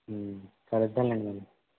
కలుద్దాం లేండి మళ్లీ